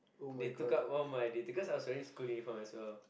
they took out one my they because I was wearing school uniform as well